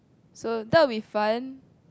so that will be fun